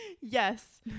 Yes